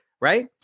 Right